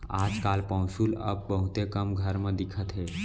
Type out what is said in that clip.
आज काल पौंसुल अब बहुते कम घर म दिखत हे